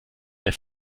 der